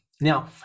now